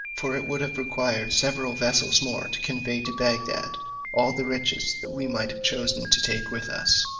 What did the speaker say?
for it would have required several vessels more to convey to bagdad all the riches that we might have chosen to take with us.